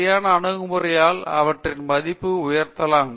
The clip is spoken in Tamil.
சரியான அணுகுமுறையால் அவற்றின் மதிப்பை உயர்த்தலாம்